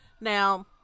Now